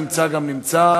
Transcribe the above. נמצא גם נמצא.